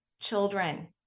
children